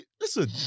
Listen